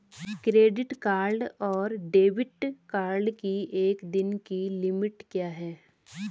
Credit card और debit card की एक दिन की लिमिट क्या है?